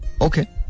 Okay